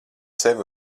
sevi